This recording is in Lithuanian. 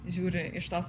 žiūri iš tos